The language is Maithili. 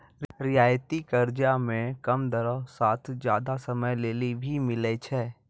रियायती कर्जा मे कम दरो साथ जादा समय लेली भी मिलै छै